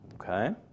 okay